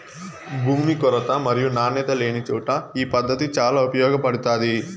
భూమి కొరత మరియు నాణ్యత లేనిచోట ఈ పద్దతి చాలా ఉపయోగపడుతాది